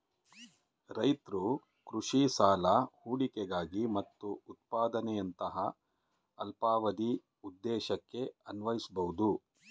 ರೈತ್ರು ಕೃಷಿ ಸಾಲನ ಹೂಡಿಕೆಗಾಗಿ ಮತ್ತು ಉತ್ಪಾದನೆಯಂತಹ ಅಲ್ಪಾವಧಿ ಉದ್ದೇಶಕ್ಕೆ ಅನ್ವಯಿಸ್ಬೋದು